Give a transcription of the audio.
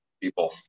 people